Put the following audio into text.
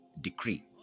decree